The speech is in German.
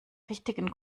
richtigen